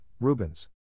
Rubens